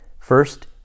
First